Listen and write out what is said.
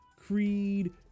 Creed